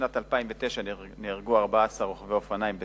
בשנת 2009 נהרגו 14 רוכבי אופניים בתאונות.